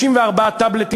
94 טאבלטים,